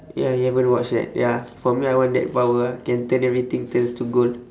ya you haven't watch yet ya for me I want that power ah can turn everything turns to gold